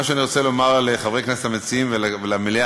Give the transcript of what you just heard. מה שאני רוצה לומר לחברי הכנסת המציעים ולמליאה,